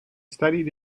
studied